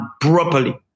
properly